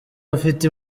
afite